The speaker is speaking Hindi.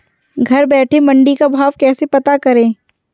घर बैठे मंडी का भाव कैसे पता करें?